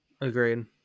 agreed